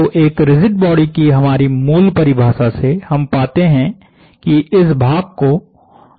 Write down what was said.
तो एक rigid body की हमारी मूल परिभाषा से हम पाते हैं कि इस भाग को 0 पर जाना है